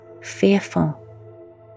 fearful